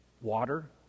Water